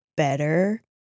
Better